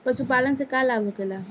पशुपालन से का लाभ होखेला?